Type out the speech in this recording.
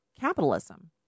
capitalism